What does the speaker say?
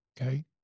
Okay